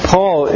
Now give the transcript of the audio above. Paul